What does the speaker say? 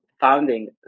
founding